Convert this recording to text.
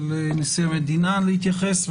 של נשיא המדינה להתייחס,